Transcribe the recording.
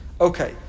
Okay